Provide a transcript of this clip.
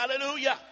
Hallelujah